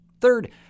Third